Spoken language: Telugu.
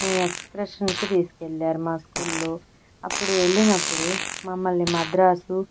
మేము ఎక్స్కర్షన్కి తీసుకెళ్ళారు మా స్కూల్లో అప్పుడు వెళ్ళినప్పుడు మమ్మల్ని మద్రాసు